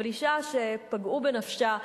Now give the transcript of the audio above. אבל אשה שפגעו בנפשה,